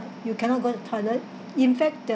you cannot go to toilet in fact